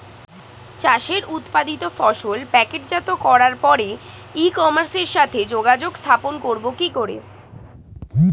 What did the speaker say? চাষের উৎপাদিত ফসল প্যাকেটজাত করার পরে ই কমার্সের সাথে যোগাযোগ স্থাপন করব কি করে?